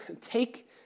take